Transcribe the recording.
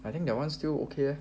I think that [one] still okay